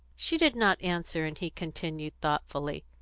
she did not answer, and he continued thoughtfully